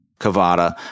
Cavada